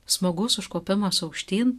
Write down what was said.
smagus užkopimas aukštyn